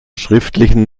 schriftlichen